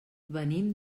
venim